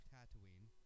Tatooine